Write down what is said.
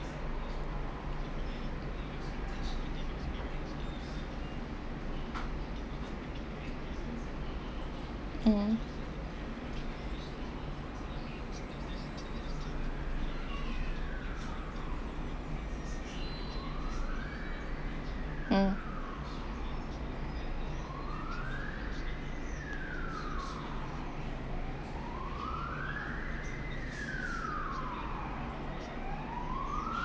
mm mm